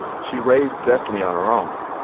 she raised destiny on her own.